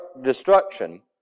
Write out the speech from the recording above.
destruction